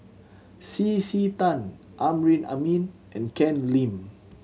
C C Tan Amrin Amin and Ken Lim